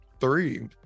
three